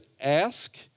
ask